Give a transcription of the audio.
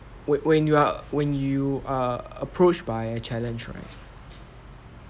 when when you are when you are approached by a challenge right